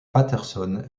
patterson